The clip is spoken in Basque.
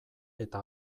eta